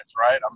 right